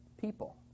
people